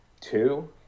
two